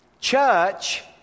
church